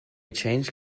change